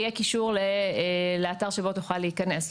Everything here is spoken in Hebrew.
יהיה קישור לאתר אליו תוכל להיכנס.